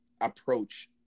approach